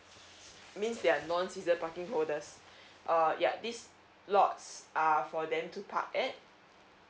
means they're non season parking holders err ya this lots are for them to park at